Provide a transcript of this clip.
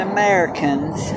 Americans